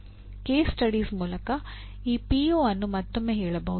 case studies ಅನ್ನು ಮತ್ತೊಮ್ಮೆ ಹೇಳಬಹುದು